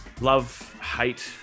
love-hate